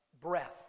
breath